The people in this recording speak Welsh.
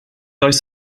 oes